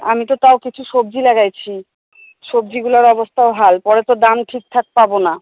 আমি তো তাও কিছু সবজি লাগাইছি সবজিগুলার অবস্থাও হাল পরে তো দাম ঠিকঠাক পাবো না